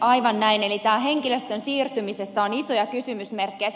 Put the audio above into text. aivan näin henkilöstön siirtymisessä on isoja kysymysmerkkejä